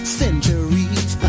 centuries